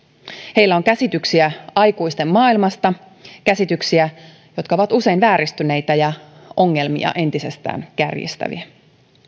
heillä on käsityksiä aikuisten maailmasta käsityksiä jotka ovat usein vääristyneitä ja ongelmia entisestään kärjistäviä